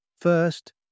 First